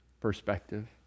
perspective